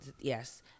yes